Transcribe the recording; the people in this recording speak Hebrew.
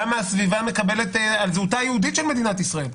למה הסביבה מקבלת מעמד על זהותה היהודית של מדינת ישראל?